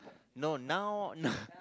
no now